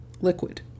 liquid